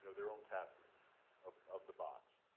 their their own captains of of the box.